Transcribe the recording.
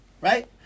right